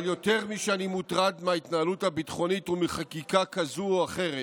אבל יותר משאני מוטרד מההתנהלות הביטחונית ומחקיקה כזאת או אחרת,